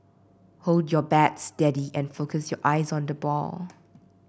hold your bat steady and focus your eyes on the ball